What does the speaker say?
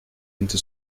into